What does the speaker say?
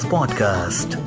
Podcast